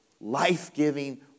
life-giving